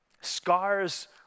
Scars